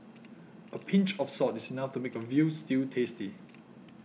a pinch of salt is enough to make a Veal Stew tasty